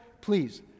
please